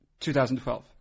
2012